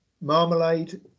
marmalade